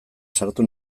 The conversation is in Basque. sartu